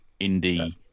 indie